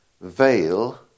veil